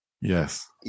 Yes